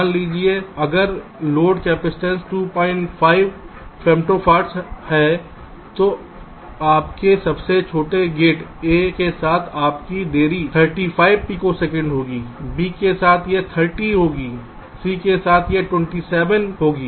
मान लीजिए अगर लोड कैपेसिटेंस 25 फेमटोफार्ड्स है तो आपके सबसे छोटे गेट A के साथ आपकी देरी 35 पिकोसेकंड होगी B के साथ यह 30 होगी C के साथ यह 27 सही होगा